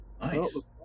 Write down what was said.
Nice